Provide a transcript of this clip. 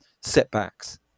setbacks